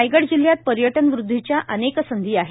रायगड जिल्ह्यात पर्यटन वृद्धीच्या अनेक संधी आहेत